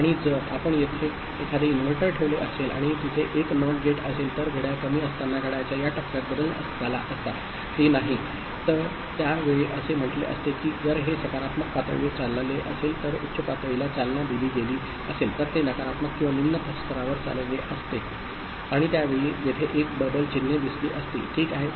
आणि जर आपण येथे एखादे इन्व्हर्टर ठेवले असेल आणि तिथे एक NOT गेट असेल तर घड्याळ कमी असताना घड्याळाच्या या टप्प्यात बदल झाला असता ते नाही तर त्या वेळी असे म्हटले असते की जर हे सकारात्मक पातळीवर चालले असेल तर उच्च पातळीला चालना दिली गेली असेल तर ते नकारात्मक किंवा निम्न स्तरावर चालले असते आणि त्या वेळी येथे एक बबल चिन्हे दिसली असती ठीक आहे